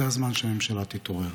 זה הזמן, שהממשלה תתעורר.